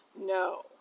No